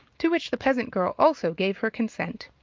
to which the peasant girl also gave her consent.